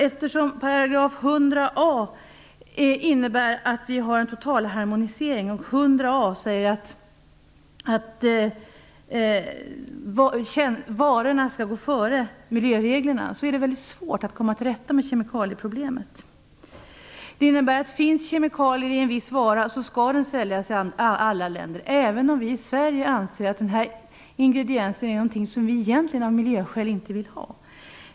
Eftersom § 100 A innebär en totalharmonisering, och eftersom den innebär att varorna skall gå före miljöreglerna, är det väldigt svårt att komma till rätta med kemikalieproblemet. En vara som innehåller kemikalier skall säljas i alla länder, även om vi i Sverige anser att det är en ingrediens som vi egentligen av miljöskäl inte vill ha.